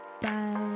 Bye